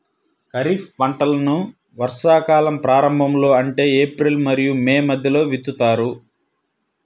ఖరీఫ్ పంటలను వర్షాకాలం ప్రారంభంలో అంటే ఏప్రిల్ మరియు మే మధ్యలో విత్తుతారు